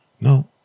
No